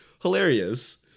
hilarious